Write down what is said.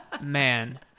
man